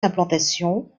implantation